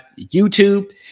YouTube